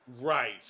Right